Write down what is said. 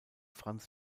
franz